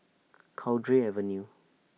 Cowdray Avenue